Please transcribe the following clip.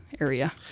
area